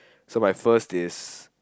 so my first is